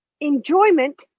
enjoyment